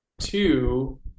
Two